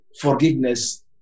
forgiveness